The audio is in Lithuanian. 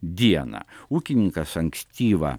dieną ūkininkas ankstyvą